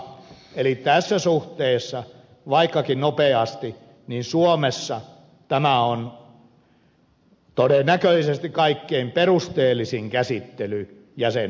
eli tässä suhteessa suomessa on vaikkakin nopea todennäköisesti myös kaikkein perusteellisin käsittely jäsenvaltioista